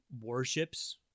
warships